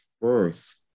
first